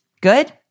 Good